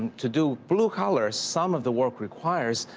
to do blue-collar, some of the work requires,